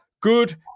good